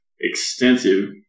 extensive